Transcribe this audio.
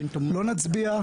לא נצביע,